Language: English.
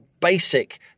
basic